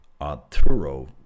Arturo